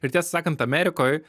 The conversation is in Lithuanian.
ir tiesą sakant amerikoj